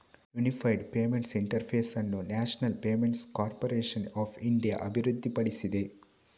unified payments interface ಅನ್ನು national payments corporation of India ಅಭಿವೃದ್ಧಿಪಡಿಸಿದೆ